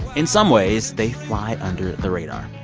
in some ways, they fly under the radar.